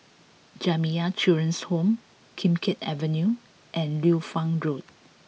Jamiyah Children's Home Kim Keat Avenue and Liu Fang Road